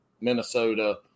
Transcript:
Minnesota